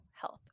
health